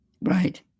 Right